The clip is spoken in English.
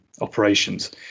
operations